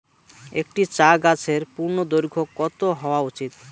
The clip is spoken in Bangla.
একটি চা গাছের পূর্ণদৈর্ঘ্য কত হওয়া উচিৎ?